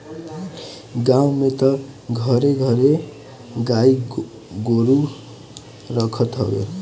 गांव में तअ घरे घरे गाई गोरु रखत हवे